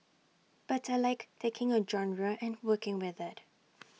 but I Like taking A genre and working with IT